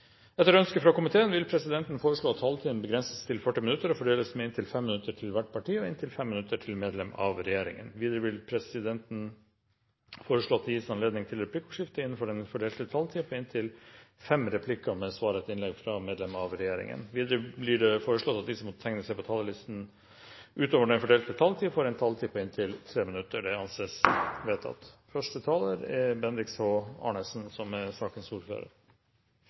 Etter ønske fra energi- og miljøkomiteen vil presidenten foreslå at taletiden begrenses til 40 minutter og fordeles med inntil 5 minutter til hvert parti og inntil 5 minutter til medlem av regjeringen. Videre vil presidenten foreslå at det gis anledning til replikkordskifte på inntil fem replikker med svar etter innlegg fra medlem av regjeringen innenfor den fordelte taletid. Videre blir det foreslått at de som måtte tegne seg på talerlisten utover den fordelte taletid, får en taletid på inntil 3 minutter. – Det anses vedtatt. Stortinget skal nå behandle et forslag som